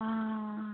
आं